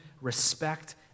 respect